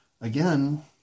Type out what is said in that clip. again